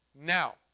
Now